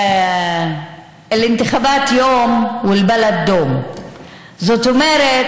(אומרת בערבית ומתרגמת:) זאת אומרת,